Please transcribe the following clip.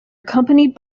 accompanied